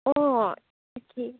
অ তাকেই